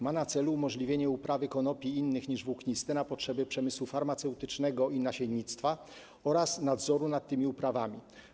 Ma na celu umożliwienie uprawy konopi innych niż włókniste na potrzeby przemysłu farmaceutycznego i nasiennictwa oraz dotyczy nadzoru nad tymi uprawami.